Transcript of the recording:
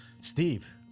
Steve